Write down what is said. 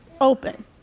open